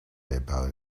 about